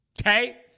Okay